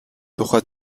тухай